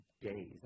days